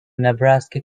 nebraska